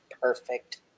perfect